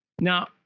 Now